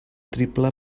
triple